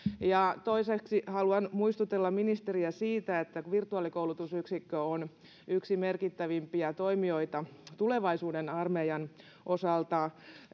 toiseksi haluan muistutella ministeriä siitä että virtuaalikoulutusyksikkö on yksi merkittävimpiä toimijoita tulevaisuuden armeijan osalta